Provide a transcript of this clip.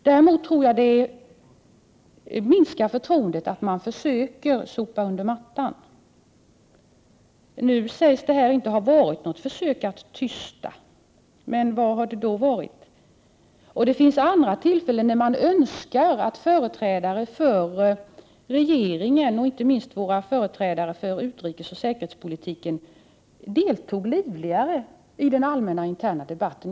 Däremot tror jag det minskar förtroendet att försöka sopa saker och ting under mattan. Nu sägs att det inte har varit fråga om ett försök att tysta det som inträffat. Men vad har det då varit? Det finns andra tillfällen då man önskat att företrädare för regeringen och inte minst våra företrädare för utrikesoch säkerhetspolitiken deltagit livligare i den allmänna interna debatten.